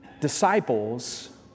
Disciples